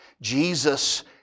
Jesus